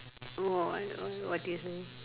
orh what what what did you say